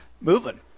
moving